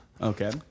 Okay